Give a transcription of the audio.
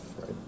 right